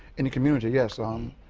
in the community, yes. um